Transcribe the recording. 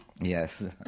Yes